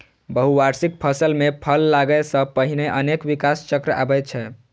बहुवार्षिक फसल मे फल लागै सं पहिने अनेक विकास चक्र आबै छै